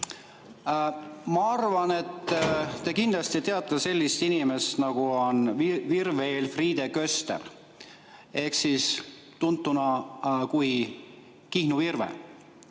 Ma arvan, et te kindlasti teate sellist inimest nagu Virve-Elfriide Köster ehk tuntud kui Kihnu Virve,